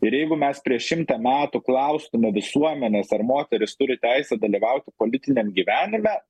ir jeigu mes prieš šimtą metų klaustume visuomenės ar moteris turi teisę dalyvauti politiniam gyvenime